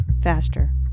Faster